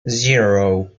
zero